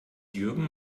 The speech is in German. jürgen